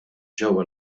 ġewwa